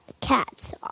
cats